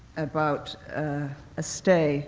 about a stay